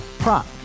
Prop